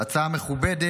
הצעה מכובדת.